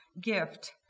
gift